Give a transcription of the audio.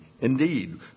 Indeed